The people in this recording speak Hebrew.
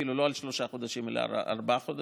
אפילו לא על שלושה חודשים אלא על ארבעה חודשים,